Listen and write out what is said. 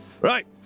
Right